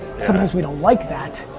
sometimes we don't like that.